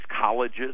colleges